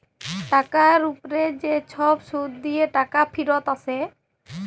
টাকার উপ্রে যে ছব সুদ দিঁয়ে টাকা ফিরত আসে